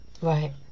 Right